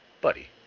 Buddy